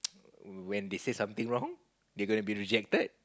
when they say something wrong they're gonna be rejected